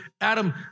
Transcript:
Adam